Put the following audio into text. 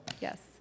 Yes